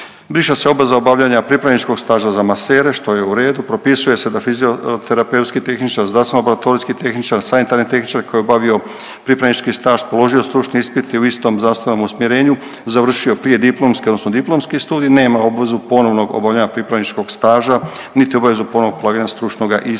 Briše se obveza obavljanja pripravničkog staža za masere što je u redu. Propisuje se da fizioterapeutski tehničar, zdravstveno-laboratorijski tehničar, sanitarni tehničar koji je obavio pripravnički staž, položio stručni ispit i u istom zdravstvenom usmjerenju završio prije diplomski, odnosno diplomski studij nema obvezu ponovnog obavljanja pripravničkog staža, niti obavezu ponovog polaganja stručnoga ispita.